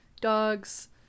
dogs